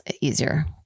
easier